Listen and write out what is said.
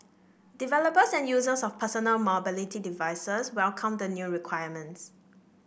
developers and users of personal mobility devices welcomed the new requirements